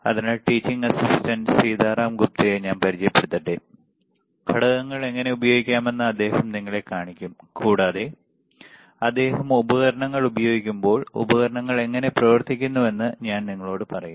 അതിനാൽ teaching assistant Sitaram ഗുപ്തയെ ഞാൻ പരിചയപ്പെടുത്തട്ടെ ഘടകങ്ങൾ എങ്ങനെ ഉപയോഗിക്കാമെന്ന് അദ്ദേഹം നിങ്ങളെ കാണിക്കും കൂടാതെ അദ്ദേഹം ഉപകരണങ്ങൾ ഉപയോഗിക്കുമ്പോൾ ഉപകരണങ്ങൾ എങ്ങനെ പ്രവർത്തിക്കുന്നുവെന്ന് ഞാൻ നിങ്ങളോട് പറയും